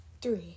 Three